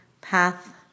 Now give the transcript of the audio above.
path